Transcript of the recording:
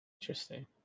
Interesting